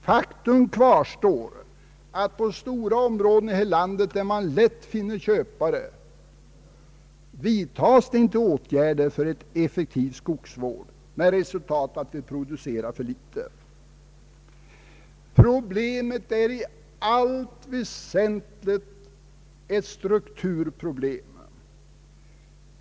Faktum kvarstår emellertid att inom stora områden här i landet, där man lätt får köpare av råvaran, vidtas inte åtgärder för en effektiv skogsvård, med resultat att det produceras för litet. Problemet är i allt väsentligt ett strukturproblem.